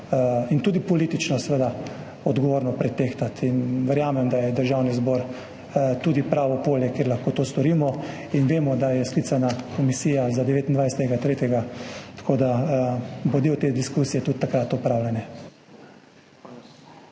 in tudi politično javnostjo odgovorno pretehtati. Verjamem, da je Državni zbor tudi pravo polje, kjer lahko to storimo, in vemo, da je sklicana komisija za 29. 3., tako da bo del te diskusije tudi takrat opravljen.